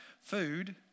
food